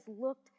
looked